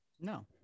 No